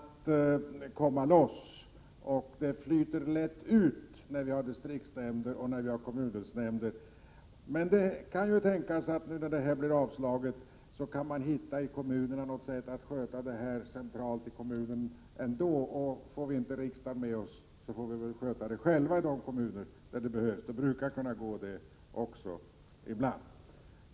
Men när denna motion avslås kan det hända att man i kommunerna ändå kan hitta något sätt att sköta detta centralt. Om vi inte får riksdagen med oss på detta, får vi väl i de kommuner där det behövs sköta det själva, det brukar kunna gå det också ibland.